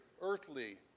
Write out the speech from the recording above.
earthly